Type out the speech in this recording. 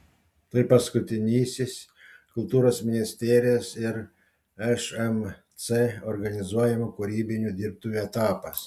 tai paskutinysis kultūros ministerijos ir šmc organizuojamų kūrybinių dirbtuvių etapas